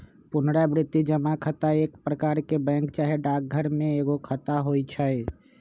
पुरनावृति जमा खता एक प्रकार के बैंक चाहे डाकघर में एगो खता होइ छइ